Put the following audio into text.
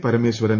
Parameswaran